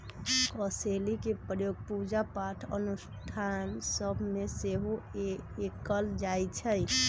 कसेलि के प्रयोग पूजा पाठ अनुष्ठान सभ में सेहो कएल जाइ छइ